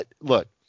Look